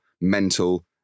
mental